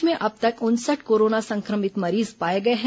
प्रदेश में अब तक उनसठ कोरोना संक्रमित मरीज पाए गए हैं